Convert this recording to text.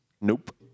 Nope